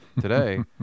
today